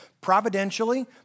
Providentially